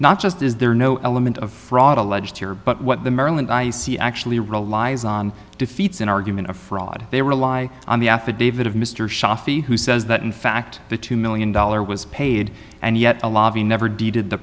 not just is there no element of fraud alleged here but what the maryland i see actually relies on defeats an argument of fraud they rely on the affidavit of mr shaw fee who says that in fact the two million dollar was paid and yet the lobby never deeded the